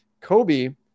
Kobe